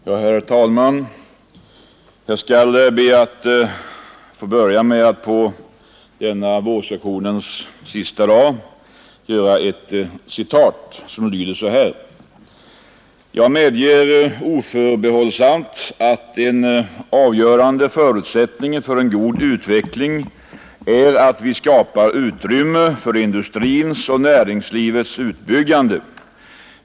Herr talman! Jag skall be att få börja med att på denna vårsessionens sista dag föredra ett citat som lyder: ”Jag medger oförbehållsamt, att en avgörande förutsättning för en god utveckling är, att vi skapar utrymme för industrins och näringslivets utbyggande.